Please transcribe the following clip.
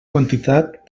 quantitat